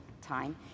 time